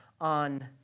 on